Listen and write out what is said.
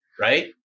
right